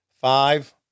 five